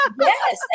Yes